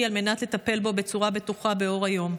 על מנת לטפל בו בצורה בטוחה באור היום.